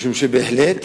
כי בהחלט,